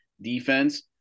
defense